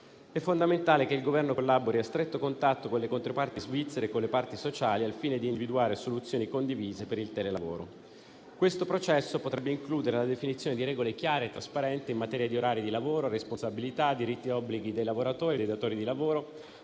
È fondamentale che il Governo collabori a stretto contatto con le controparti svizzere e con le parti sociali al fine di individuare soluzioni condivise per il telelavoro. Questo processo potrebbe includere la definizione di regole chiare e trasparenti in materia di orari di lavoro, responsabilità, diritti e obblighi dei lavoratori e dei datori di lavoro